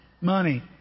Money